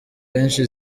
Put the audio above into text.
benshi